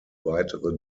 weitere